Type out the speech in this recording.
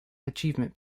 achievement